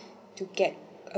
to get